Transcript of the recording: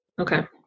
Okay